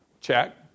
check